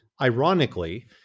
ironically